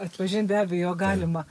atpažint be abejo galima